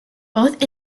both